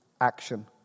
action